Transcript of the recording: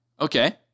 okay